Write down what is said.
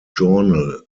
journal